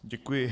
Děkuji.